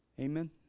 Amen